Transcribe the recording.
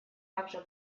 также